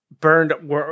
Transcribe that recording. burned